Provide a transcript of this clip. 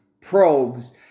probes